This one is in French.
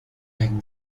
grecs